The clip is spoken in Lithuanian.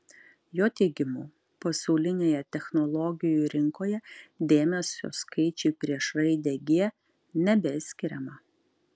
jo teigimu pasaulinėje technologijų rinkoje dėmesio skaičiui prieš raidę g nebeskiriama